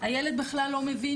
הילד בכלל לא מבין,